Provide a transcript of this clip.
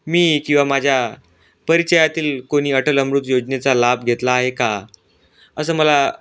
मी किंवा माझ्या परिचयातील कोणी अटल अमृत योजनेचा लाभ घेतला आहे का असं मला